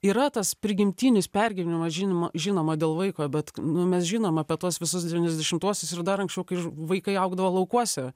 yra tas prigimtinis pergyvenimas žinoma žinoma dėl vaiko bet nu mes žinom apie tuos visus devyniasdešimtuosius ir dar anksčiau kai vaikai augdavo laukuose